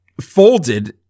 folded